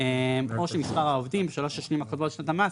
או שמספר העובדים בשלוש השנים הקודמות לשנת המס,